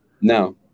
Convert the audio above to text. No